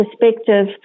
perspective